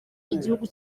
igihugu